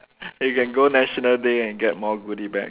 you can go national day and get more goody bag